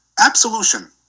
Absolution